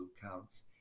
counts